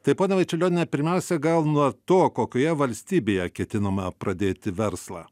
tai pone vaičiulioniene pirmiausia gal nuo to kokioje valstybėje ketinama pradėti verslą